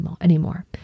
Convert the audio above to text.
anymore